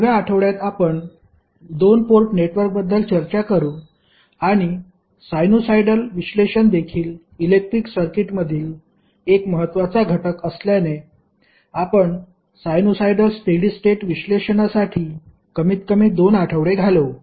आठव्या आठवड्यात आपण 2 पोर्ट नेटवर्कबद्दल चर्चा करू आणि सायनोसॉइडल विश्लेषण देखील इलेक्ट्रिक सर्किटमधील एक महत्त्वाचा घटक असल्याने आपण सायनोसॉइडल स्टेडी स्टेट विश्लेषणासाठी कमीतकमी 2 आठवडे घालवू